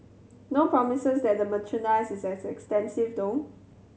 no promises that the merchandise is as extensive though